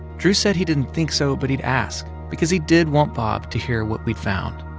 drew said he didn't think so, but he'd ask because he did want bob to hear what we'd found.